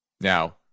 Now